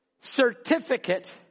certificate